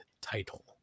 title